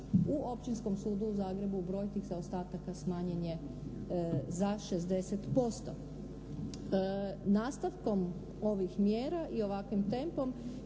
U Općinskom sudu u Zagrebu broj tih zaostataka smanjen je za 60%. Nastavkom ovih mjera i ovakvim tempom